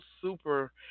super